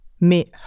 mais